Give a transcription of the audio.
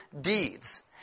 deeds